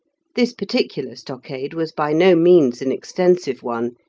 this particular stockade was by no means an extensive one,